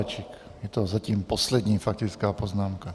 Je to zatím poslední faktická poznámka.